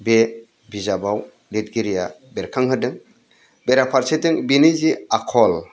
बे बिजाबाव लिरगिरिया बेरखांहोदों बेराफारसेथिं बिनि जि आखल